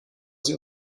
sie